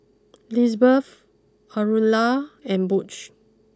Lisbeth Aurilla and Butch